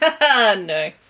No